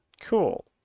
cool